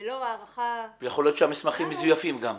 ולא הערכה --- יכול להיות שהמסמכים מזויפים גם.